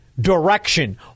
direction